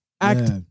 act